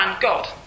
God